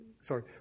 Sorry